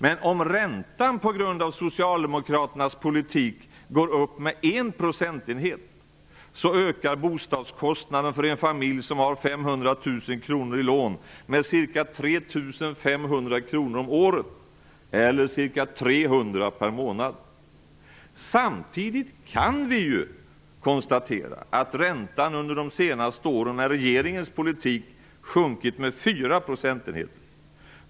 Men om räntan på grund av socialdemokraternas politik går upp med 1 procentenhet, ökar bostadskostnaderna för en familj som har 500 000 kr i lån med ca 3 500 kr om året eller ca 300 kr per månad. Samtidigt kan vi ju konstatera att räntan under de senaste åren med den nuvarande regeringens politik sjunkit med 4 procentenheter.